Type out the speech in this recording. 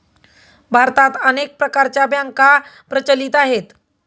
भारतात अनेक प्रकारच्या बँका प्रचलित आहेत